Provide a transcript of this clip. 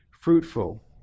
fruitful